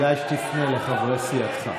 כדאי שתפנה לחברי סיעתך.